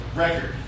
record